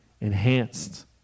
enhanced